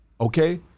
Okay